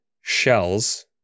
shells